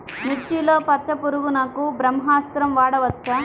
మిర్చిలో పచ్చ పురుగునకు బ్రహ్మాస్త్రం వాడవచ్చా?